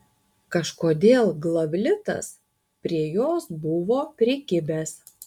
kažkodėl glavlitas prie jos buvo prikibęs